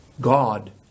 God